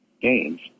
games